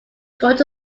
got